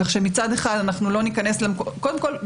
קודם כול,